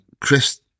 Chris